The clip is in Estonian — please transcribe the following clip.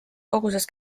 koguses